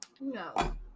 No